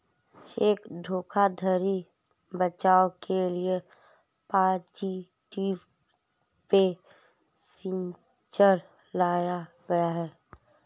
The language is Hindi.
चेक धोखाधड़ी बचाव के लिए पॉजिटिव पे फीचर लाया गया है